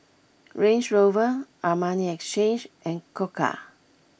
Range Rover Armani Exchange and Koka